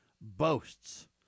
boasts